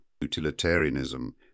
Utilitarianism